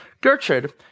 Gertrude